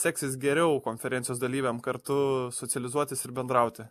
seksis geriau konferencijos dalyviam kartu socializuotis ir bendrauti